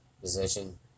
position